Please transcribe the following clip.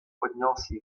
поднялся